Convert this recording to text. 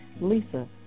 Lisa